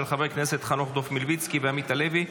של חברי הכנסת חנוך דב מלביצקי ועמית הלוי.